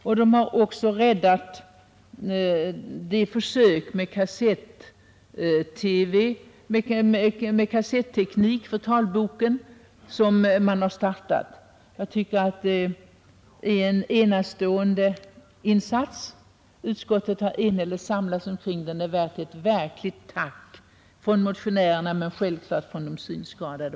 Genom beslutet räddas också de försök med kassetteknik för talboken som har startats. Utskottets ledamöter har gjort en enastående insats genom att enhälligt samlas kring dessa förslag och är värda ett verkligt tack från motionärerna men självklart även från de synskadade.